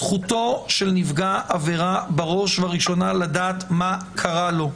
זכותו של נפגע עבירה בראש ובראשונה לדעת מה קרה לו.